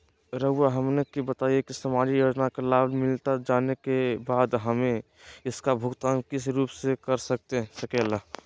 रहुआ हमने का बताएं की समाजिक योजना का लाभ मिलता जाने के बाद हमें इसका भुगतान किस रूप में कर सके ला?